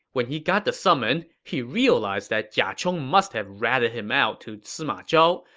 when he got the summon, he realized that jia chong must have ratted him out to sima zhao,